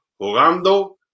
jugando